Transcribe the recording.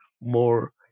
more